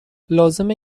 لازمه